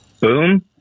boom